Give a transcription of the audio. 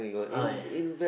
okay